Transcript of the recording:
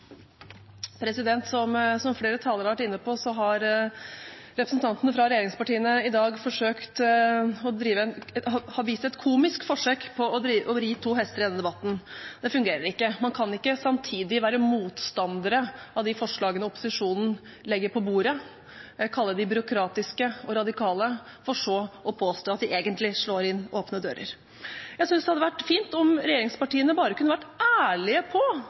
Som flere talere har vært inne på, har representantene fra regjeringspartiene i dag gjort et komisk forsøk på å ri to hester i denne debatten. Det fungerer ikke. Man kan ikke være motstandere av de forslagene opposisjonen legger på bordet og kalle dem byråkratiske og radikale, for så å påstå at de egentlig slår inn åpne dører. Jeg synes det hadde vært fint om regjeringspartiene kunne vært ærlige